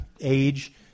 age